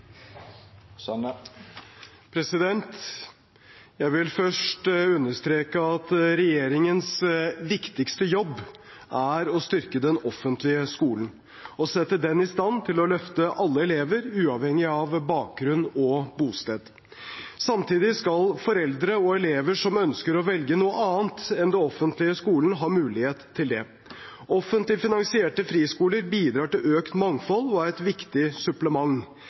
å styrke den offentlige skolen og sette den i stand til å løfte alle elever uavhengig av bakgrunn og bosted. Samtidig skal foreldre og elever som ønsker å velge noe annet enn den offentlige skolen, ha mulighet til det. Offentlig finansierte friskoler bidrar til økt mangfold og er et viktig supplement.